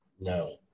No